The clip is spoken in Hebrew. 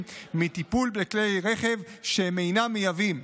מטיפול בכלי רכב שהם אינם מייבאים,